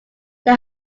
they